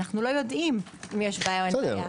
אנחנו לא יודעים אם יש בעיה או אין בעיה.